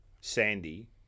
Sandy